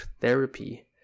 therapy